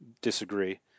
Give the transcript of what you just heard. disagree